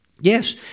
Yes